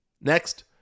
Next